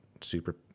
super